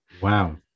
Wow